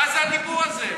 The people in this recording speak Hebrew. מה זה הדיבור הזה?